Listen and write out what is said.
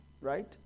Right